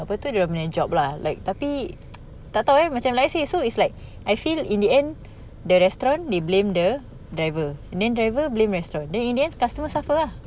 apa tu dia orang punya job lah like tapi tak tahu eh macam let's say so is like I feel in the end the restaurant they blame the driver and then driver blame restaurant then in the end customer suffer lah